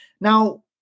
Now